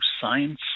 science